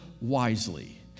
wisely